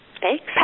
Thanks